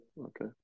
okay